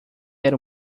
era